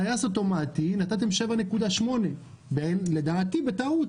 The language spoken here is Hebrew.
טייס אוטומטי, נתתם 7.8, לדעתי בטעות.